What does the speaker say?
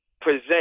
present